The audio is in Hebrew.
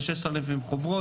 זה 6,000 חוברות,